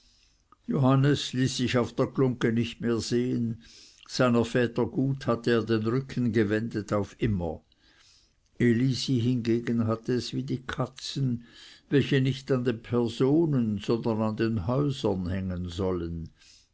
johannes ließ sich auf der glungge nicht mehr sehen seiner väter gut hatte er den rücken gewendet auf immer elisi hingegen hatte es wie die katzen welche nicht an den personen sondern an den häusern hängen sollen